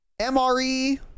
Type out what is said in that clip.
MRE